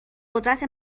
قدرت